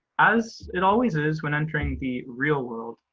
as it always is when entering the real world,